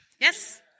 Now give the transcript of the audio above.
Yes